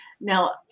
Now